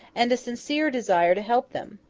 and a sincere desire to help them.